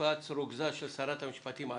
קפץ רוגזה של שרת המשפטים עליה,